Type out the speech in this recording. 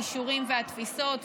הכישורים והתפיסות,